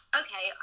okay